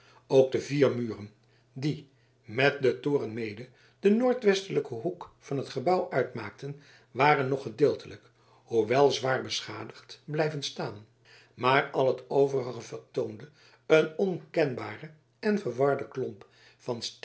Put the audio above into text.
ook de vier muren die met den toren mede den noordwestelijken hoek van het gebouw uitmaakten waren nog gedeeltelijk hoewel zwaar beschadigd blijven staan maar al het overige vertoonde een onkenbaren en verwarden klomp van